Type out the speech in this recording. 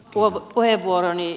arvoisa puhemies